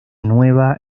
nueva